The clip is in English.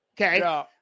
Okay